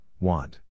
Want